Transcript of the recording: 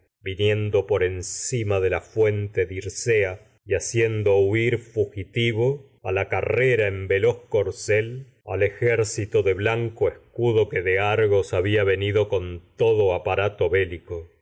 día viniendo encima de la fuente dircea haciendo huir fugitivo escua la carrera en veloz corcel al ejército de blanco antígona do que de argos había venido con todo aparato bélico